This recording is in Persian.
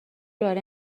برای